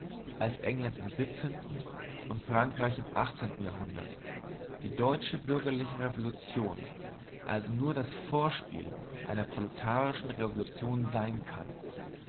als england im und frankreich im jahrhundert die deutsche bürgerliche revolution also nur das unmittelbare vorspiel einer proletarischen revolution sein kann